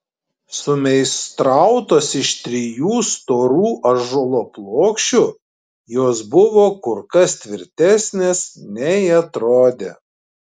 sumeistrautos iš trijų storų ąžuolo plokščių jos buvo kur kas tvirtesnės nei atrodė